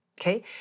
Okay